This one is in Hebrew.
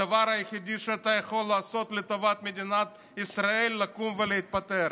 הדבר היחידי שאתה יכול לעשות לטובת מדינת ישראל זה לקום ולהתפטר.